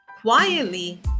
quietly